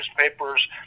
newspapers